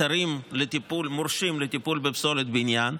אתרים מורשים לטיפול בפסולת בניין.